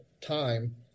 time